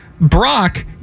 Brock